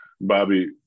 Bobby